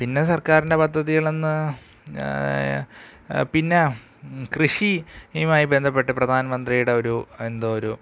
പിന്നെ സർക്കാരിൻ്റെ പദ്ധതികളെന്ന് പിന്നെ കൃഷിയുമായി ബന്ധപ്പെട്ട് പ്രധാൻ മന്ത്രിയുടെ ഒരു എന്തോ ഒരു